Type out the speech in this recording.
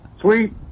Sweet